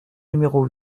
numéro